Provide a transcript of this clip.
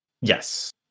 Yes